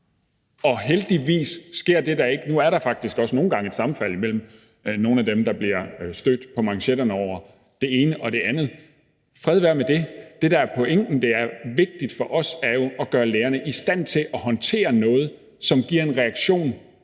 heldigvis ikke. Nu er der faktisk også nogle gange et sammenfald blandt dem, der bliver stødt på manchetterne af det ene og det andet, men fred være med det. Det, der er pointen, og det, der er vigtigt for os, er jo at gøre lærerne i stand til at håndtere noget, der giver en reaktion